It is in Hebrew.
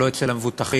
ולא אצל המבוטחים.